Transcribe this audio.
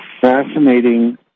fascinating